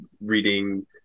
reading